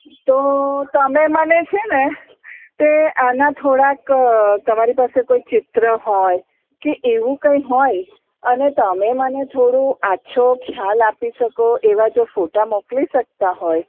તો તમે મને છે ને તે આના થોડાંક તમારી પાસે કોઈ ચિત્ર હોય કે એવું કઈ હોય અને તમે મને થોડો આછો ખ્યાલ આપી શકો એવા જો ફોટાં મોકલી શકતા હોય